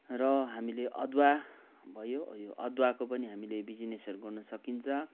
र हामीले अदुवा भयो यो अदुवाको पनि हामीले बिजिनेसहरू गर्न सकिन्छ